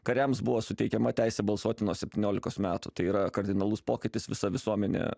kariams buvo suteikiama teisė balsuoti nuo septyniolikos metų tai yra kardinalus pokytis visa visuomenė